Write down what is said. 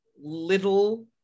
little